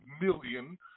million